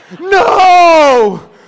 No